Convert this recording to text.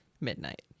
midnight